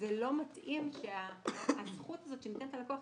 זה לא מתאים כי הזכות הזאת שניתנת ללקוח,